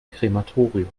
krematorium